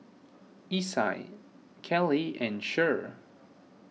Isai Caleigh and Cher